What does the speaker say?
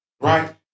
Right